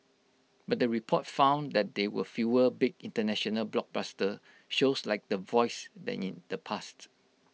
but the report found that there were fewer big International blockbuster shows like The Voice than in the past